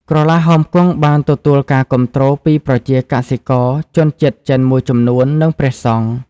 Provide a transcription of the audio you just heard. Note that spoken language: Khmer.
ក្រឡាហោមគង់បានទទួលការគាំទ្រពីប្រជាកសិករ ជនជាតិចិនមួយចំនួន និងព្រះសង្ឃ។